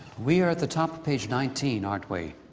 we are at the top of page nineteen, aren't we?